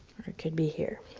or it could be here.